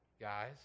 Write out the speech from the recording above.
guys